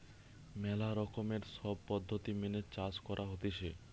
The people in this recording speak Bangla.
ম্যালা রকমের সব পদ্ধতি মেনে চাষ করা হতিছে